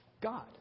God